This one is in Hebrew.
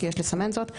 כי יש לסמן זאת,